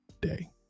day